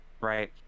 right